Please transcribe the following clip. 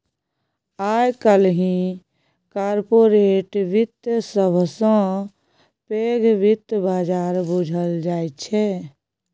आइ काल्हि कारपोरेट बित्त सबसँ पैघ बित्त बजार बुझल जाइ छै